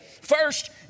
first